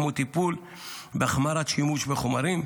כמו טיפול בהחמרת שימוש בחומרים,